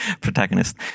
protagonist